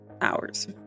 hours